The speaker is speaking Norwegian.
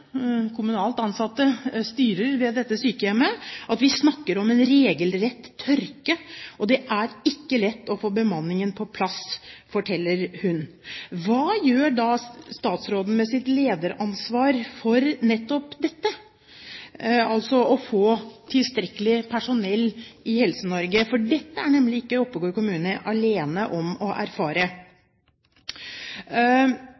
kommunalt ansatte fungerende styreren ved Greverud sykehjem. Hva gjør statsråden med sitt lederansvar for nettopp dette, altså å få tilstrekkelig personell i Helse-Norge? Dette er nemlig ikke Oppegård kommune alene om å erfare.